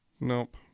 Nope